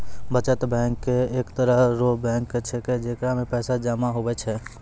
बचत बैंक एक तरह रो बैंक छैकै जेकरा मे पैसा जमा हुवै छै